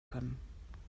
können